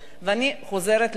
אני חוזרת לנושא,